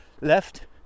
left